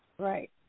Right